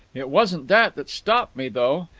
it wasn't that that stopped me, though.